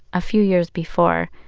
a few years before,